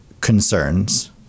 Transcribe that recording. concerns